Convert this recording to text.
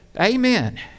Amen